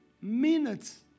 minutes